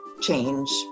change